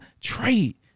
trade